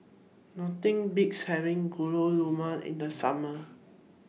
Nothing Beats having Gulab Jamun in The Summer